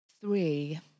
Three